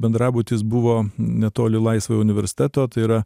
bendrabutis buvo netoli laisvojo universiteto tai yra